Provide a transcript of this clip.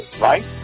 right